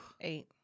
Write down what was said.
Eight